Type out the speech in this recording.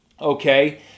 okay